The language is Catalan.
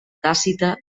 tàcita